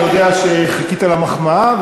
אני יודע שחיכית למחמאה,